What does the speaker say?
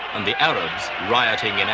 and the arabs rioting and